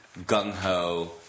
gung-ho